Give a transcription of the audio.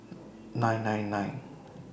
nine nine nine